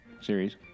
series